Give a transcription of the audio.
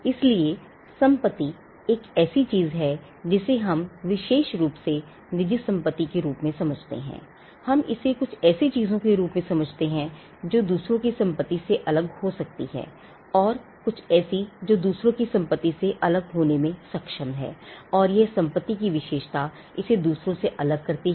इसलिए संपत्ति एक ऐसी चीज है जिसे हम विशेष रूप से निजी संपत्ति के रूप में समझते हैं हम इसे कुछ ऐसी चीज़ों के रूप में समझते हैं जो दूसरों की संपत्ति से अलग हो सकती हैं और कुछ ऐसी जो दूसरों की संपत्ति से अलग होने में सक्षम है और संपत्ति की यह विशेषता इसे दूसरों से अलग करती है